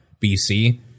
BC